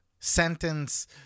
Sentence